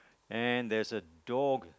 and there's a dog